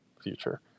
future